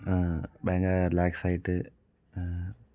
ഭയങ്കര റിലാക്സ് ആയിട്ട്